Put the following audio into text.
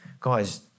guys